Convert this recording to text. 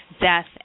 death